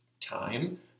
time